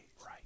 right